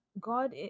god